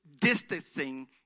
distancing